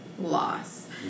loss